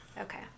okay